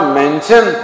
mention